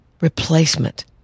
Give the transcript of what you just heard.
replacement